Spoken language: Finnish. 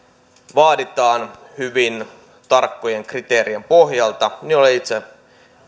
vaaditaan hyvin tarkkojen kriteerien pohjalta olen itse